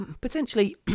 potentially